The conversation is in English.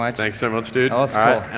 like thanks so much too. i'll and